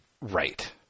Right